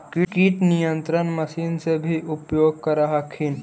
किट नियन्त्रण मशिन से भी उपयोग कर हखिन?